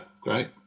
great